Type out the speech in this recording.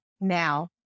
now